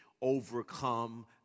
overcome